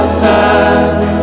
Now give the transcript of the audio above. sons